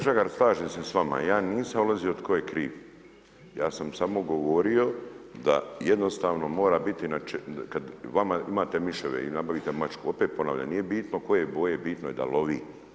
Žagar, slažem se s vama, ja nisam ulazio tko je kriv, ja sam samo govorio da jednostavno mora biti, kad vama, imate miševe i nabavite mačku, opet ponavljam, nije bitno koje je boje, bitno je da lovi.